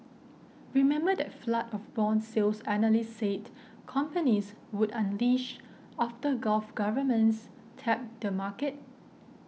remember that flood of bond sales analysts said companies would unleash after Gulf governments tapped the market